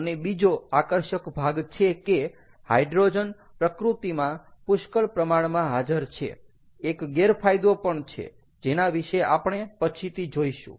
અને બીજો આકર્ષક ભાગ છે કે હાઈડ્રોજન પ્રકૃતિમાં પુષ્કળ પ્રમાણમાં હાજર છે એક ગેરફાયદો પણ છે જેના વિશે આપણે પછીથી જોઈશું